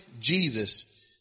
Jesus